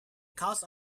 cause